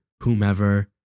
whomever